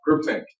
groupthink